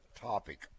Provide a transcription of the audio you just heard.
topic